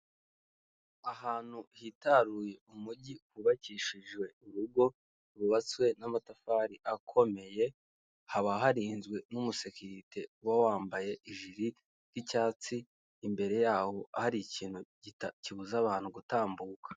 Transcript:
Ahantu hitaruye umugi hubakishijwe urugo rwubatswe n'amatafari akomeye, haba haririnzwe n'umusekirite uba wambaye ijiri ry'icyatsi, imbere yaho hari ikintu kibuza abantu gutambuka.